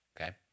Okay